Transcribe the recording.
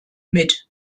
mit